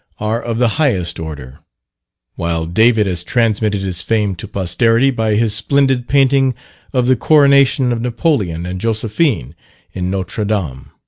are of the highest order while david has transmitted his fame to posterity, by his splendid painting of the coronation of napoleon and josephine in notre dame.